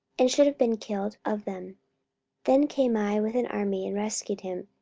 and should have been killed of them then came i with an army, and rescued him,